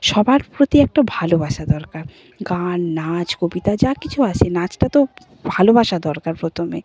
সবার প্রতি একটা ভালোবাসা দরকার গান নাচ কবিতা যা কিছু আছে নাচটা তো ভালোবাসা দরকার প্রথমে